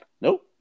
Nope